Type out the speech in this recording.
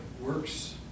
works